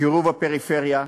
קירוב הפריפריה,